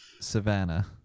Savannah